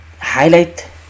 highlight